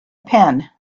pen